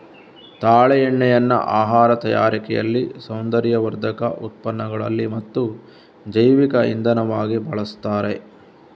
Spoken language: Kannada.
ತಾಳೆ ಎಣ್ಣೆಯನ್ನ ಆಹಾರ ತಯಾರಿಕೆಯಲ್ಲಿ, ಸೌಂದರ್ಯವರ್ಧಕ ಉತ್ಪನ್ನಗಳಲ್ಲಿ ಮತ್ತು ಜೈವಿಕ ಇಂಧನವಾಗಿ ಬಳಸ್ತಾರೆ